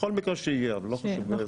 בכל מקרה שיהיה אבל לא חשוב.